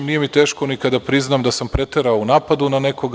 Nije mi teško ni da priznam da sam preterao u napadu na nekoga.